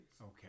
Okay